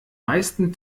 meisten